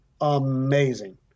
amazing